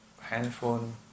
handphone